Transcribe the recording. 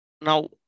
Now